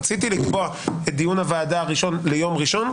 רציתי לקבוע את דיון הוועדה הראשון ליום ראשון,